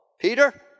Peter